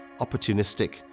opportunistic